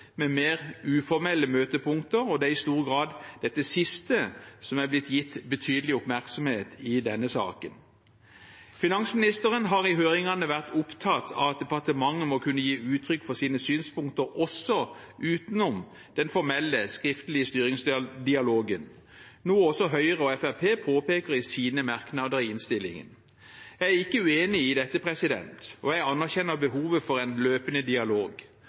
med mer uformelle møtepunkter, og det er i stor grad dette siste som er blitt gitt betydelig oppmerksomhet i denne saken. Finansministeren har i høringene vært opptatt av at departementet må kunne gi uttrykk for sine synspunkter også utenom den formelle, skriftlige styringsdialogen, noe også Høyre og Fremskrittspartiet påpeker i sine merknader i innstillingen. Jeg er ikke uenig i dette, og jeg anerkjenner behovet for en løpende dialog.